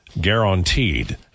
guaranteed